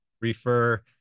refer